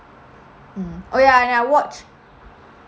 um oh ya and I watch